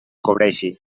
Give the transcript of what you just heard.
cobreixi